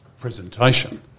presentation